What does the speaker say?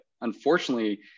unfortunately